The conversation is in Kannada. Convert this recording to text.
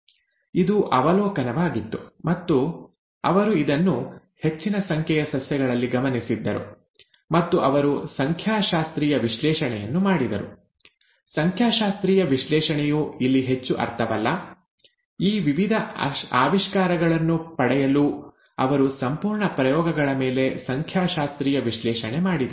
ಇದು ಅವಲೋಕನವಾಗಿತ್ತು ಮತ್ತು ಅವರು ಇದನ್ನು ಹೆಚ್ಚಿನ ಸಂಖ್ಯೆಯ ಸಸ್ಯಗಳಲ್ಲಿ ಗಮನಿಸಿದ್ದರು ಮತ್ತು ಅವರು ಸಂಖ್ಯಾಶಾಸ್ತ್ರೀಯ ವಿಶ್ಲೇಷಣೆಯನ್ನು ಮಾಡಿದರು ಸಂಖ್ಯಾಶಾಸ್ತ್ರೀಯ ವಿಶ್ಲೇಷಣೆಯು ಇಲ್ಲಿ ಹೆಚ್ಚು ಅರ್ಥವಲ್ಲ ಈ ವಿವಿಧ ಆವಿಷ್ಕಾರಗಳನ್ನು ಪಡೆಯಲು ಅವರು ಸಂಪೂರ್ಣ ಪ್ರಯೋಗಗಳ ಮೇಲೆ ಸಂಖ್ಯಾಶಾಸ್ತ್ರೀಯ ವಿಶ್ಲೇಷಣೆ ಮಾಡಿದರು